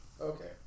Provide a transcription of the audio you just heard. Okay